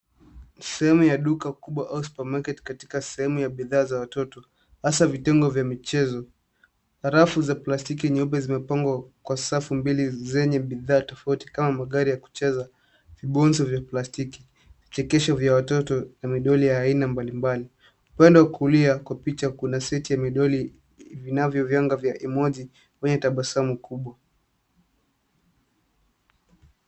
Sehemu ya duka kubwa au supermarket katika sehemu ya bidhaa za watoto. Hasa vitengo vya michezo. Harafu za plastiki nyeupe zimepangwa kwa safu mbili zenye bidhaa tofauti kama magari ya kucheza vibonzo vya plastiki. Chekesho vya watoto na midoli ya aina mbalimbali. Upande wa kulia kwa picha kuna seti ya midoli vinavyo vyanga vya emoji mwenye tabasamu kubwa.